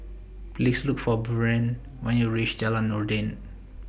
Please Look For Buren when YOU REACH Jalan Noordin